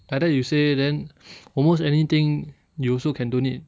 like that you say then almost anything you also can don't need